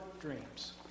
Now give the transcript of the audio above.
dreams